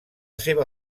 seva